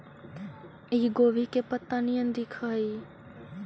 इ गोभी के पतत्ता निअन दिखऽ हइ